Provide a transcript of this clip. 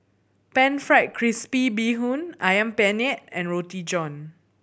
Pan Fried Crispy Bee Hoon Ayam Penyet and Roti John